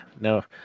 no